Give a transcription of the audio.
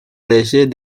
léger